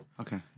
Okay